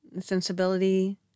sensibility